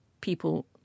people